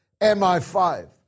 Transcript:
MI5